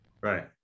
right